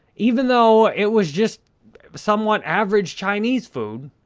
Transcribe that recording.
even though it was just somewhat average chinese food,